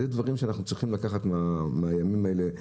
אלה הדברים שאנחנו צריכים לקחת מהימים האלה.